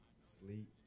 sleep